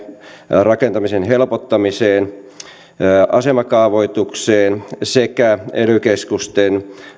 rakentamisen helpottamiseen asemakaavoitukseen sekä ely keskusten